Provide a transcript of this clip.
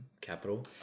capital